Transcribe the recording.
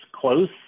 close